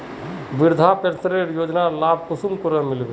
वृद्धा पेंशन योजनार लाभ कुंसम मिलबे?